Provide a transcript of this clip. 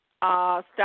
Stop